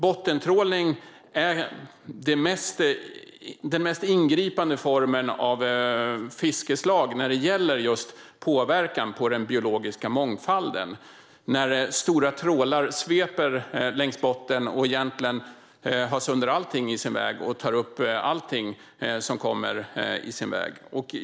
Bottentrålning är den mest ingripande formen av fiskeslag när det gäller påverkan på den biologiska mångfalden. Stora trålar sveper längs bottnen och har sönder och tar upp allting i sin väg.